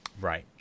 Right